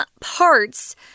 parts